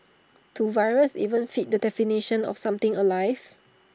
do viruses even fit the definition of something alive